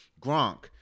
Gronk